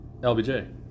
LBJ